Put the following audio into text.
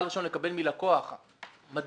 כבוד